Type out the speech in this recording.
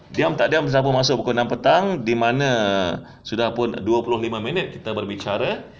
diam tak diam dah masuk enam petang di mana sudah pun dua puluh lima minit kita berbicara